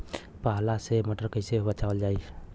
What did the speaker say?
पाला से मटर कईसे बचावल जाई?